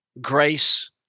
grace